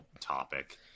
topic